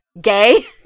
gay